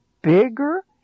bigger